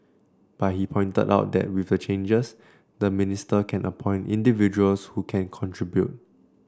but he pointed out that with the changes the minister can appoint individuals who can contribute